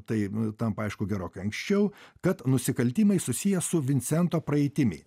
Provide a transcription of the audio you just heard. tai tampa aišku gerokai anksčiau kad nusikaltimai susiję su vincento praeitimi